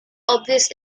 obvious